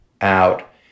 out